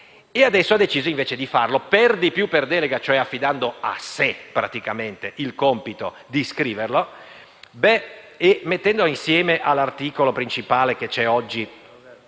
ora ha deciso di farlo, per di più per delega, cioè affidando a sé praticamente il compito di scrivere la norma. Ebbene, mettendolo insieme all'articolo principale che c'è oggi